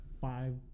five